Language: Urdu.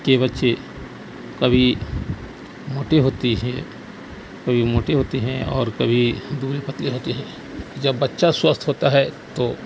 کے بچے کبھی موٹے ہوتی ہے کبھی موٹے ہوتے ہیں اور کبھی دبلے پتلے ہوتے ہیں جب بچہ سوستھ ہوتا ہے تو